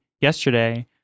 yesterday